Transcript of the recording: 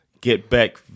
get-back